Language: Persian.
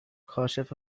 کاشف